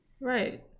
right